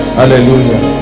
hallelujah